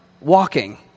walking